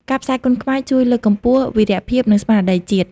ការផ្សាយគុនខ្មែរជួយ លើកកម្ពស់ វីរភាព និងស្មារតីជាតិ។